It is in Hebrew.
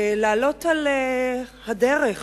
לעלות על הדרך